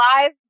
live